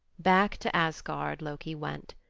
back to asgard loki went.